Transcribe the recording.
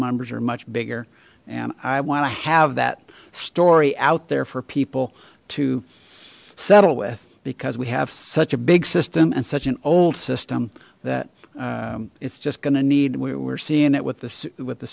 numbers are much bigger and i want to have that story out there for people to settle with because we have such a big system and such an old system that it's just going to need we're seeing it with this with the